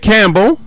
Campbell